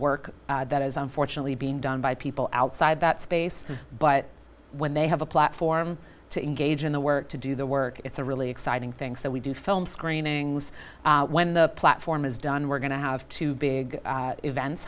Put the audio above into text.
work that is unfortunately being done by people outside that space but when they have a platform to engage in the work to do the work it's a really exciting things that we do film screenings when the platform is done we're going to have two big events